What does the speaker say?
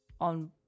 on